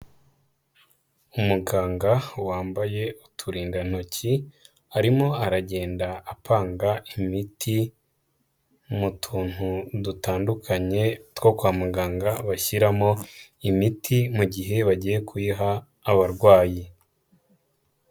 Umuganga wambaye uturindantoki, arimo aragenda apanga imiti mu tuntu dutandukanye two kwa muganga bashyiramo imiti mu gihe bagiye kuyiha abarwayi.